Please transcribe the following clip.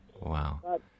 Wow